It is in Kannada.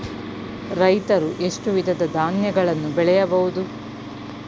ರೈತರು ಎಷ್ಟು ವಿಧದ ಧಾನ್ಯಗಳನ್ನು ಬೆಳೆಯಬಹುದು?